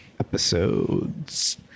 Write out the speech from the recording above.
episodes